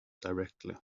directly